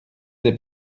des